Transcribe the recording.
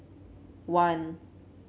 one